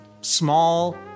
small